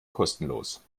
kostenlos